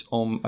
om